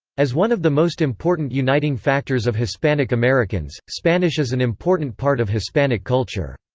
as one of the most important uniting factors of hispanic americans, spanish is an important part of hispanic culture.